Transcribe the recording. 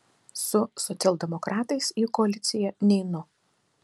su socialdemokratais į koaliciją neinu